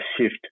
shift